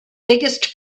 biggest